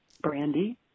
Brandy